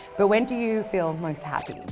but when do you feel most happy,